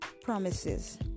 promises